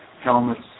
helmets